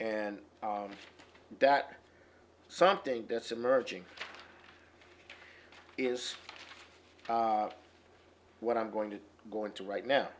and that something that's emerging is what i'm going to go into right now